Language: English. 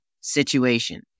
situation